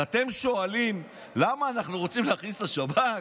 אתם שואלים למה אנחנו רוצים להכניס שב"כ?